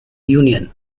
union